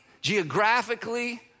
geographically